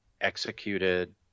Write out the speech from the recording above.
executed